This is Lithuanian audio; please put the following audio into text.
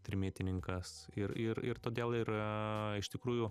trimitininkas ir ir ir todėl yra iš tikrųjų